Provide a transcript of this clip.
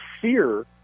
fear